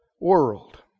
world